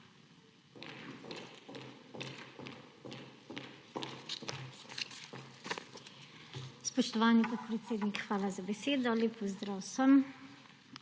Spoštovani podpredsednik, hvala za besedo. Lep pozdrav vsem!